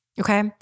Okay